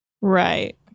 Right